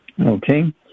Okay